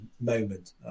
moment